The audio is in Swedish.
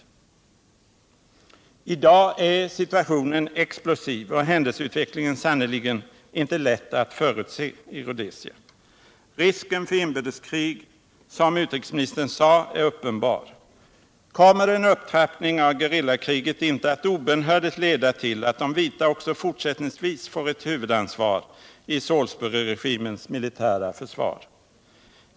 I dag är situationen explosiv och händelseutvecklingen sannerligen inte lätt att förutse i Rhodesia. Risken för inbördeskrig är, som utrikesministern sade, uppenbar. Kommer en upptrappning av gerillakriget inte att obönhörligt leda till att de vita också fortsättningsvis får ett huvudansvar i Salisburyregimens militära försvar?